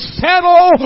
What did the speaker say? settle